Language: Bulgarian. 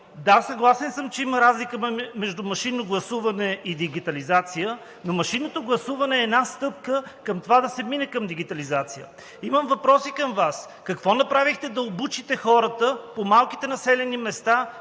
Да, съгласен съм, че има разлика между машинно гласуване и дигитализация, но машинното гласуване е една стъпка към това да се мине към дигитализация. Имам въпроси към Вас: какво направихте, за да обучите хората по малките населени места